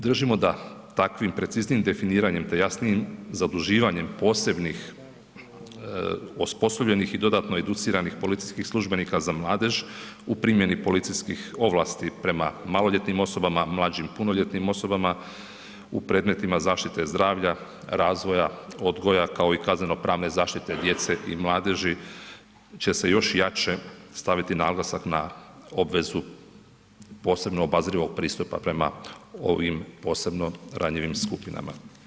Držimo da takvim preciznijim definiranjem te jasnijim zaduživanjem posebnih osposobljenih i dodatno educiranih policijskih službenika za mladež u primjeni policijskih ovlasti prema maloljetnim osobama, mlađim punoljetnim osobama u predmetima zaštite zdravlja, razvoja, odgoja kao i kazneno pravne zaštite djece i mladeži će se još jače staviti naglasak na obvezu posebno obazrivog pristupa prema ovim posebno ranjivim skupinama.